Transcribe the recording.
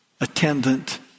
attendant